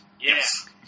Yes